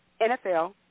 NFL